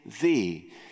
thee